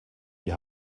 die